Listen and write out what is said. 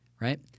right